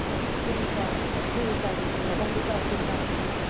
ਠੀਕ ਹੈ ਜੀ ਠੀਕ ਹੈ ਜੀ ਚੰਗਾ ਭੈਣ ਜੀ ਸਤਿ ਸ਼੍ਰੀ ਅਕਾਲ ਜੀ